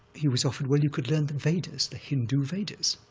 he was offered, well, you could learn the vedas, the hindu vedas,